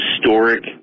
historic